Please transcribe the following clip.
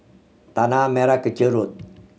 Tanah Merah Kechil Road